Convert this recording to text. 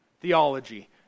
Theology